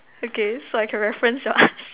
okay so I can reference your answer